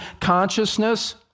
consciousness